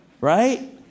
Right